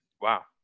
wow